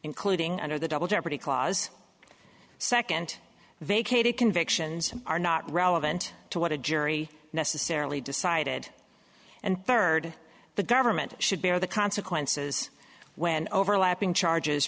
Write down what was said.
including under the double jeopardy clause second vacated convictions are not relevant to what a jury necessarily decided and third the government should bear the consequences when overlapping charges